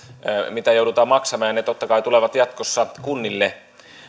mitä joudutaan maksamaan ja ne totta kai tulevat jatkossa kunnille